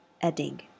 adding